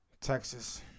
Texas